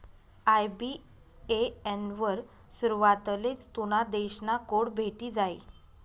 IBAN वर सुरवातलेच तुना देश ना कोड भेटी जायी